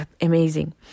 amazing